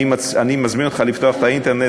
אני מזמין אותך לפתוח את האינטרנט